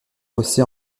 fossé